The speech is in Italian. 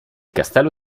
castello